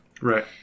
Right